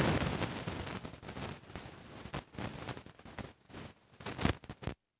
मोर खाता म पइसा जेमा करे बर का करे ल पड़ही?